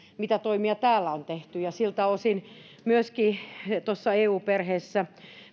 mitä toimia täällä on tehty ja siltä osin myöskin tuossa eu perheessä